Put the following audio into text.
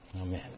Amen